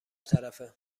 طرفه